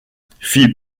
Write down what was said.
fit